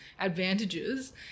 advantages